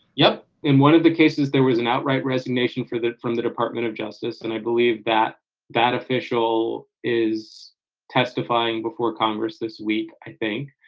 yep and one of the cases there was an outright resignation for that from the department of justice. and i believe that that official is testifying before congress this week, i think.